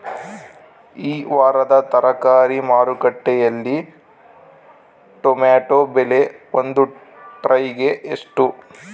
ಈ ವಾರದ ತರಕಾರಿ ಮಾರುಕಟ್ಟೆಯಲ್ಲಿ ಟೊಮೆಟೊ ಬೆಲೆ ಒಂದು ಟ್ರೈ ಗೆ ಎಷ್ಟು?